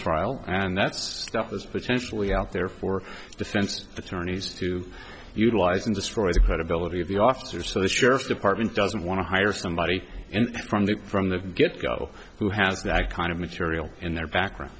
trial and that's that was potentially out there for defense attorneys to utilize and destroy the credibility of the officer so the sheriff's department doesn't want to hire somebody from the from the get go who has backed kind of material in their background